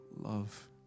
love